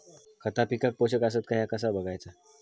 खता पिकाक पोषक आसत काय ह्या कसा बगायचा?